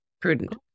prudent